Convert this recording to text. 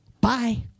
Bye